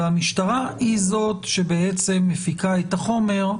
והמשטרה היא זאת שבעצם מפיקה את החומר,